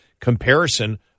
comparison